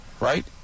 right